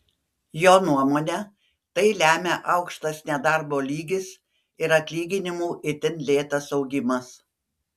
jo nuomone tai lemia aukštas nedarbo lygis ir atlyginimų itin lėtas augimas